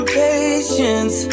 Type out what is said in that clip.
patience